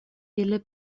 ili